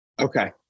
okay